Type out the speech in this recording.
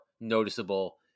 noticeable